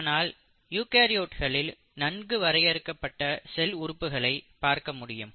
ஆனால் யூகரியோட்களில் நன்கு வரையறுக்கப்பட்ட செல் உறுப்புகளை பார்க்க முடியும்